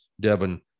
Devin